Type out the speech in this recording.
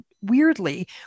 weirdly